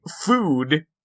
food